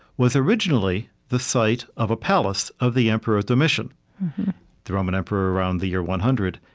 was originally the site of a palace of the emperor domitian the roman emperor around the year one hundred.